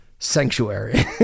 sanctuary